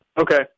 Okay